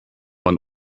man